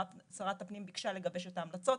שרת הפנים ביקשה לגבש את ההמלצות,